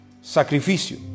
Sacrificio